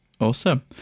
awesome